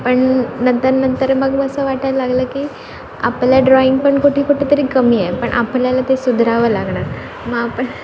पण नंतर नंतर मग असं वाटायला लागलं की आपलं ड्रॉइंग पण कुठे कुठे तरी कमी आहे पण आपल्याला ते सुधारावं लागणार मग आपण